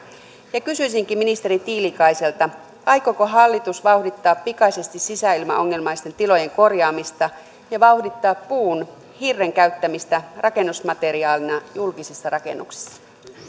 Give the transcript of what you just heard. ja kysyisinkin ministeri tiilikaiselta aikooko hallitus vauhdittaa pikaisesti sisäilmaongelmaisten tilojen korjaamista ja vauhdittaa puun hirren käyttämistä rakennusmateriaalina julkisissa rakennuksissa